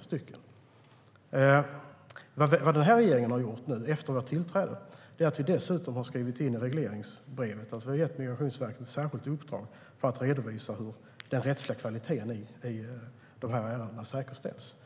stycken. Det denna regering har gjort efter att vi tillträdde är att vi dessutom har skrivit in i regleringsbrevet att vi har gett Migrationsverket ett särskilt uppdrag att redovisa hur den rättsliga kvaliteten i de här ärendena säkerställs.